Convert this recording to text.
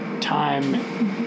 time